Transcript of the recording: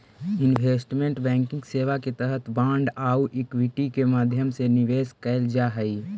investment banking सेवा के तहत बांड आउ इक्विटी के माध्यम से निवेश कैल जा हइ